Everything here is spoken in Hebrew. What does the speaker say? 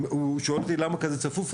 הוא שאל אותי: למה כזה צפוף?